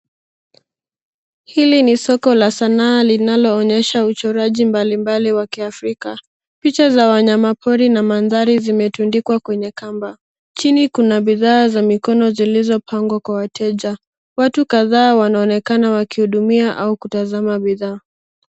Hili ni soko la sanaa linaloonyesha uchoraji mbali mbali wa kiafrika. Picha za wanyama pori na mandhari zimetundikwa kwenye kamba. Chini kuna bidhaa za mikono zilizopangwa kwa wateja. Watu kadhaa wanaonekana wakihudumia au kutazama bidhaa.